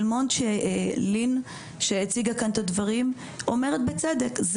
לין קפלן אומרת בצדק על כיתות בתל מונד.